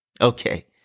Okay